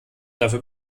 dafür